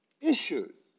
issues